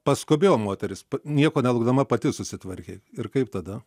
paskubėjo moteris nieko nelaukdama pati susitvarkė ir kaip tada